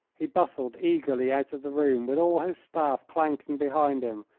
he bustled eagerly out of the room with all his staff clanking behind him,